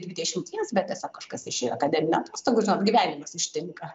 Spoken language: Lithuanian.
dvidešimties bet tiesiog kažkas išėjo akademinių stogų gyvenimas ištinka